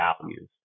values